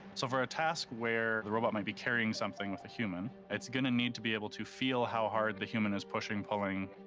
so for a task where the robot might be carrying something with a human, it's going to need to be able to feel how hard the human is pushing, pulling,